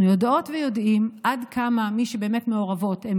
אנחנו יודעות ויודעים עד כמה מי שבאמת מעורבות הם